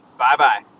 Bye-bye